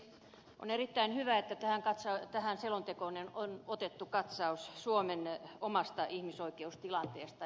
on erittäin hyvä että tähän selontekoon on otettu katsaus suomen omasta ihmisoikeustilanteesta